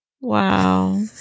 Wow